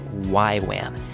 YWAM